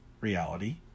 reality